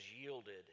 yielded